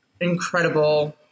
incredible